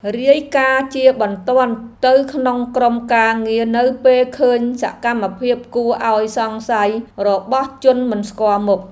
រាយការណ៍ជាបន្ទាន់ទៅក្នុងក្រុមការងារនៅពេលឃើញសកម្មភាពគួរឱ្យសង្ស័យរបស់ជនមិនស្គាល់មុខ។